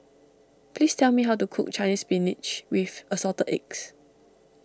please tell me how to cook Chinese Spinach with Assorted Eggs